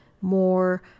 more